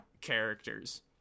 characters